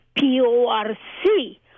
P-O-R-C